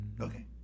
Okay